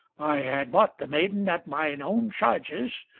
i had bought the maiden at mine own charges,